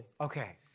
Okay